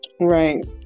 Right